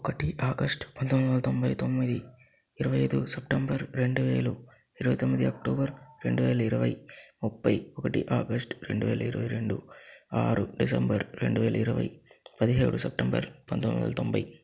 ఒకటి ఆగష్టు పంతొమ్మిది వందల తొంబై తొమ్మిది ఇరవై అయిదు సెప్టెంబర్ రెండువేలు ఇరవై తొమ్మిది అక్టోబర్ రెండువేల ఇరవై ముప్పై ఒకటి ఆగష్టు రెండువేల ఇరవై రెండు ఆరు డిసెంబర్ రెండువేల ఇరవై పదిహేడు సెప్టెంబర్ పంతొమ్మిది వందల తొంభై